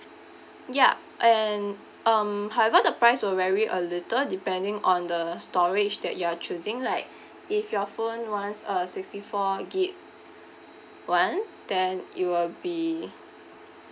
yup and um however the price will vary a little depending on the storage that you're choosing like if your phone wants uh sixty four gig [one] then it will be